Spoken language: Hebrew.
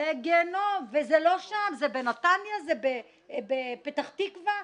וזה גם בנתניה ובפתח תקווה.